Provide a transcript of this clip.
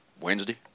Wednesday